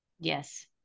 Yes